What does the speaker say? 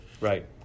Right